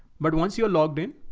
but once you're logged in,